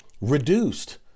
reduced